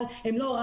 הם לא ויזל,